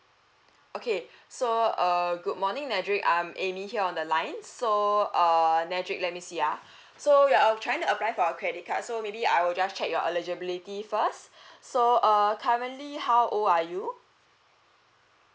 okay so err good morning nedrick I'm amy here on the line so err nedrick let me see ah so you're uh trying to apply for our credit card so maybe I will just check your eligibility first so uh currently how old are you